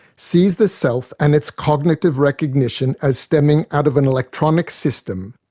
sees the self and its cognitive recognition as stemming out of an electronic system.